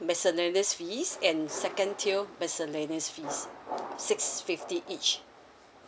miscellaneous fees and second tier miscellaneous fees six fifty each